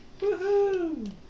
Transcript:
Woohoo